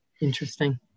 Interesting